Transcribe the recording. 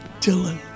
Dylan